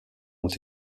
ont